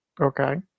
Okay